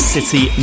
City